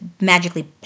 magically